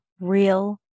Real